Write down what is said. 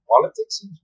politics